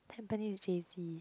Tampines J_C